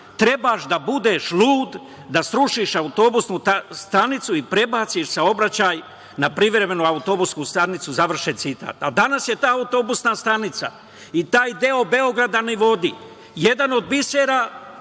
„Trebaš da budeš lud da srušiš autobusku stanicu i prebaciš saobraćaj na privremenu autobusku stanicu“. Danas je ta autobuska stanica i taj deo Beograda jedan od bisera